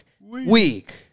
week